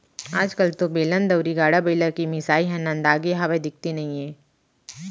आज कल तो बेलन, दउंरी, गाड़ा बइला के मिसाई ह नंदागे हावय, दिखते नइये